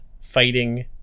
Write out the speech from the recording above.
fighting